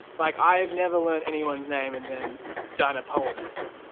like i've never learned anyone's name and then done a poem at them